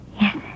Yes